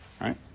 Right